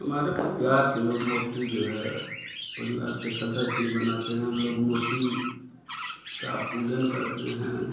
हमारे परिवार के लोग मूर्ति जो है परिवार के सदस्य ही बनाते हैं हम लोग मूर्ति की पूजन करते हैं